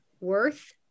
worth